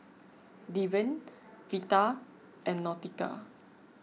Deven Vita and Nautica